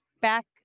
back